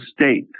state